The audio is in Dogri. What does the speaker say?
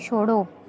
छोड़ो